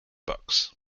books